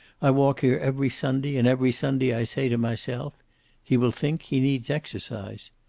i walk here every sunday, and every sunday i say to myself he will think he needs exercise.